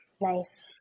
Nice